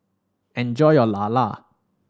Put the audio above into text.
enjoy your lala